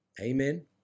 Amen